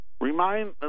Remind